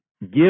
Give